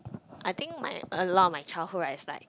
I think my a lot of my childhood right is like